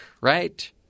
right